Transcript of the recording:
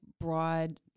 broad